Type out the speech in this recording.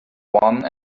one